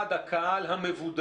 אחד, הקהל המבודד,